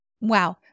wow